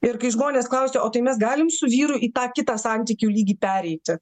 ir kai žmonės klausia o tai mes galim su vyru į tą kitą santykių lygį pereiti